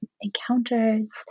encounters